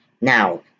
now